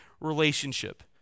relationship